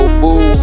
boo